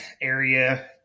area